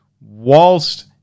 whilst